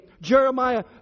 Jeremiah